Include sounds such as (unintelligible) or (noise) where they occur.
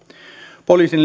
poliisin (unintelligible)